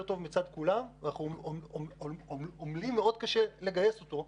טוב מצד כולם ואנחנו עומלים מאוד קשה לגייס אותו,